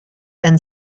and